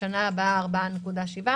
בשנה הבאה ב-4.7%,